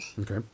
Okay